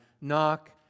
Knock